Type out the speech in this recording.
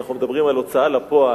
אנחנו מדברים על הוצאה לפועל,